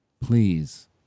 please